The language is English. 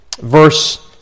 Verse